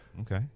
okay